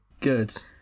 Good